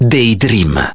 Daydream